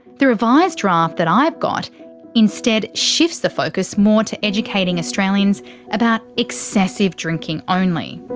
the revised draft that i've got instead shifts the focus more to educating australians about excessive drinking only.